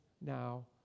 now